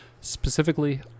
specifically